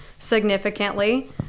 significantly